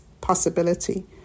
possibility